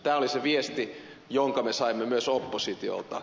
tämä oli se viesti jonka me saimme myös oppositiolta